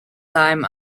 time